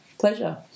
Pleasure